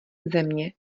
země